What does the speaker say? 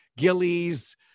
Gillies